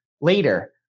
later